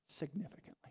Significantly